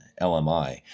LMI